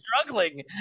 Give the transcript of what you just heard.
struggling